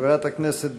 חברת הכנסת בירן,